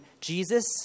Jesus